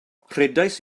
rhedais